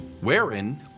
wherein